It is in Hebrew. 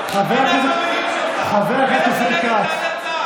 חבר הכנסת אופיר כץ.